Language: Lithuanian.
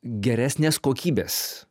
geresnės kokybės